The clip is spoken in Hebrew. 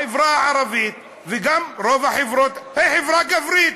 החברה הערבית, וגם רוב החברות, היא חברה גברית,